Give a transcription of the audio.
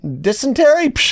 Dysentery